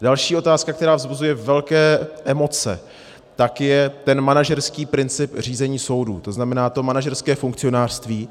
Další otázka, která vzbuzuje velké emoce, je ten manažerský princip řízení soudů, to znamená to manažerské funkcionářství.